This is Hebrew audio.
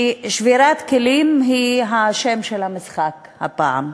ששבירת כלים היא שם המשחק הפעם,